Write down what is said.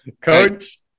Coach